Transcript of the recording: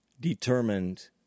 determined